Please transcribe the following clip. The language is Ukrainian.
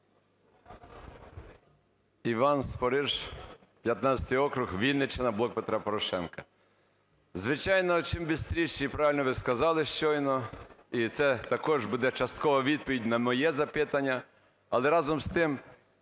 Іван Спориш, 15 округ, Вінниччина, "Блок Петра Порошенка". Звичайно, чим бистріше, і правильно ви сказали щойно, і це також буде часткова відповідь на моє запитання. Але, разом з тим,